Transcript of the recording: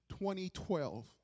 2012